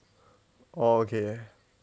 oh okay